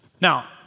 Now